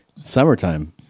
Summertime